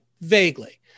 vaguely